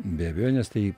be abejonės tai